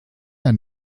der